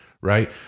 right